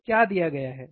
तो क्या दिया गया है